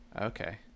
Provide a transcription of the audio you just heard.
Okay